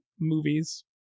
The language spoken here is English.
movies